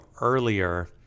earlier